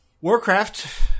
Warcraft